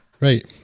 Right